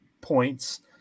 points